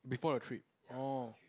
before the trip oh